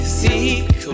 seek